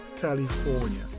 California